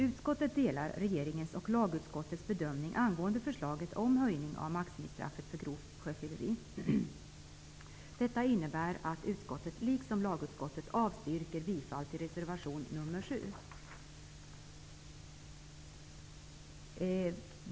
Utskottet delar regeringens och lagutskottets bedömning angående förslaget om höjning av maximistraffet för grovt sjöfylleri. Detta innebär att justitieutskottet, liksom lagutskottet, avstyrker reservation nr 7.